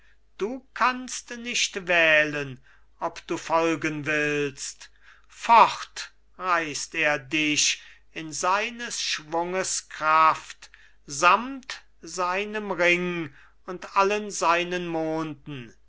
du kannst nicht wählen ob du folgen willst fort reißt er dich in seines schwunges kraft samt seinem ring und allen seinen monden